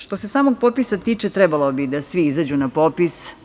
Što se samog popisa tiče, trebalo bi da svi izađu na popis.